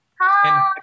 Hi